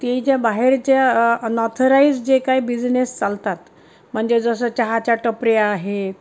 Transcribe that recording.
ते ज्या बाहेरच्या अनऑथराईज जे काही बिझनेस चालतात म्हणजे जसं चहाच्या टपऱ्या आहेत